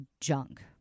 junk